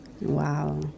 Wow